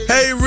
Hey